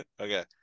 Okay